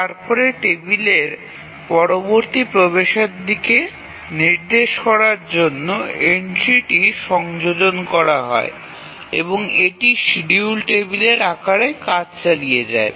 তারপরে টেবিলের পরবর্তী প্রবেশের দিকে নির্দেশ করার জন্য এন্ট্রিটি সংযোজন করা হয় এবং এটি শিডিউল টেবিলের আকারে কাজ চালিয়ে যায়